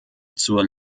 zur